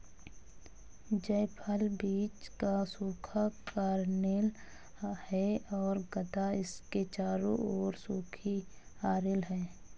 जायफल बीज का सूखा कर्नेल है और गदा इसके चारों ओर सूखी अरिल है